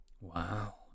Wow